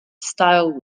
style